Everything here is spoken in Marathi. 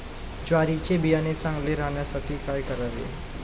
ज्वारीचे बियाणे चांगले राहण्यासाठी काय करावे?